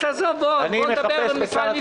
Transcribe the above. אז תעזוב, בואו נדבר מפעל מפעל.